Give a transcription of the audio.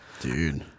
Dude